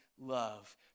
love